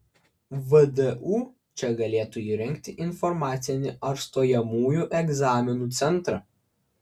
vdu čia galėtų įrengti informacinį ar stojamųjų egzaminų centrą